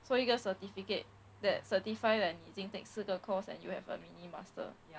作一个 certificate that certify that 你已经 take 四个 course and you have a mini master